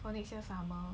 for next year summer